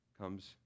comes